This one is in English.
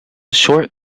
short